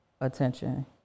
attention